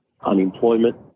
unemployment